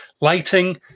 Lighting